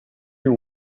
you